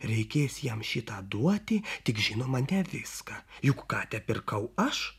reikės jam šį tą duoti tik žinoma ne viską juk katę pirkau aš